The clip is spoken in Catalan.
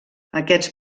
aquests